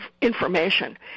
information